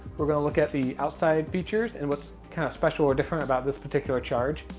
we're going to look at the outside features and what's kind of special or different about this particular charge.